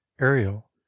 ariel